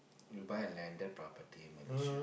you buy a landed property in Malaysia